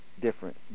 different